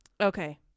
okay